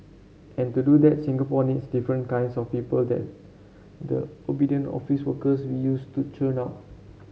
and to do that Singapore needs different kinds of people than the obedient office workers we used to churn out